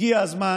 הגיע הזמן